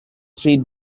three